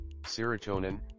serotonin